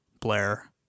Blair